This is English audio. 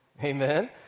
Amen